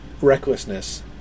recklessness